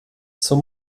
zur